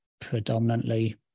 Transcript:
predominantly